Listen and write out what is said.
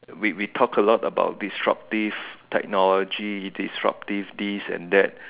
we we talk a lot about disruptive technology disrupt this this and that